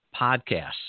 podcasts